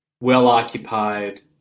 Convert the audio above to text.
well-occupied